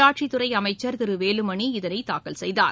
உள்ளாட்சித் துறை அமைச்சர் திரு வேலுமணி இதனை தாக்கல் செய்தார்